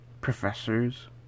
professors